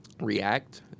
react